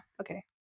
Okay